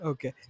Okay